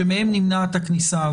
שמהם נמנעת הכניסה.